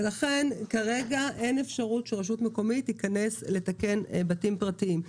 ולכן כרגע אין אפשרות שרשות מקומית תיכנס לתקן בתים פרטיים.